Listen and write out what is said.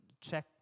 check